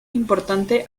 importante